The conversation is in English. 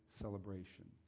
Celebration